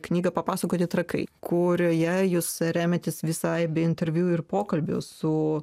knygą papasakoti trakai kurioje jūs remiatės visai be interviu ir pokalbių su